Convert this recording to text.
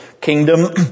kingdom